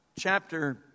chapter